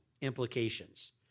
implications